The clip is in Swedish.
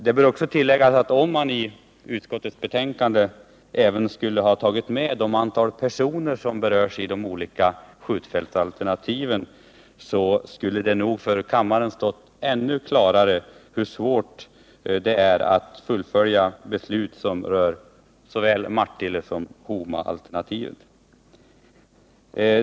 Det bör också tilläggas att om man i utskottets betänkande även skulle ha tagit med det antal personer som berörs av de olika skjutfältsalternativen skulle det nog ha stått ännu klarare för kammarens ledamöter hur svårt det är att fullfölja beslut rörande såväl Martillesom Homaalternativen.